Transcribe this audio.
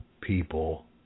people